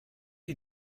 you